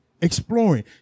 Exploring